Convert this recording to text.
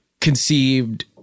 conceived